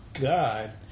God